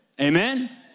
amen